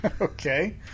Okay